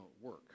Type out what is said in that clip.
work